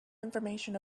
information